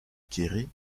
quéré